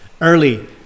early